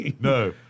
no